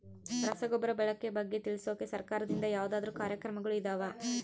ರಸಗೊಬ್ಬರದ ಬಳಕೆ ಬಗ್ಗೆ ತಿಳಿಸೊಕೆ ಸರಕಾರದಿಂದ ಯಾವದಾದ್ರು ಕಾರ್ಯಕ್ರಮಗಳು ಇದಾವ?